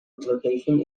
location